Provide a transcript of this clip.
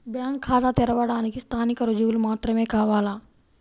Bank ఖాతా తెరవడానికి స్థానిక రుజువులు మాత్రమే కావాలా?